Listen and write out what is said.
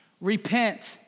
repent